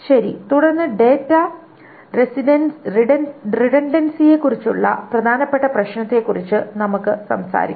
ശരി തുടർന്ന് ഡാറ്റ റിഡൻഡൻസിയെക്കുറിച്ചുള്ള ബന്ധപ്പെട്ട പ്രശ്നത്തെക്കുറിച്ച് നമുക്ക് സംസാരിക്കാം